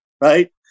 right